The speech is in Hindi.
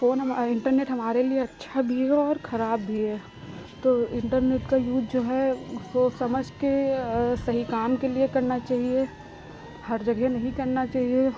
फ़ोन हम इन्टरनेट हमारे लिए अच्छा भी है और खराब भी है तो इन्टरनेट का यूज़ जो है सोच समझकर सही काम के लिए करना चाहिए हर जगह नहीं करना चाहिए